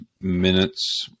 minutes